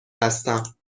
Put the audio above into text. هستم